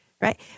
Right